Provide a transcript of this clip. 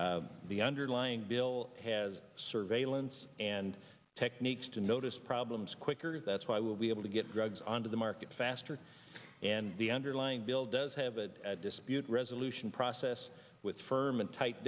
option the underlying bill has surveillance and techniques to notice problems quicker that's why we'll be able to get drugs onto the market faster and the underlying bill does have a dispute resolution process with firm and t